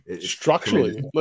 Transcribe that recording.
structurally